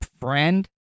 friend